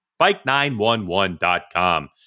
Bike911.com